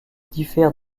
diffère